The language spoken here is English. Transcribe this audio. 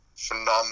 Phenomenal